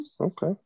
Okay